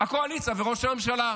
הקואליציה וראש הממשלה.